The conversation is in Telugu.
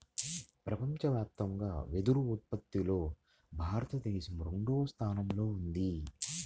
ప్రపంచవ్యాప్తంగా వెదురు ఉత్పత్తిలో భారతదేశం రెండవ స్థానంలో ఉన్నది